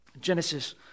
Genesis